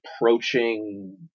approaching